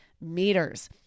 meters